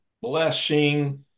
blessing